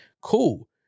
Cool